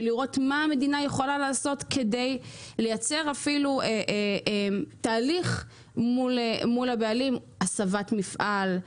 מה המדינה יכולה לעשות כדי לייצר אפילו תהליך מול הבעלים כמו הסבת מפעל.